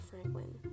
Franklin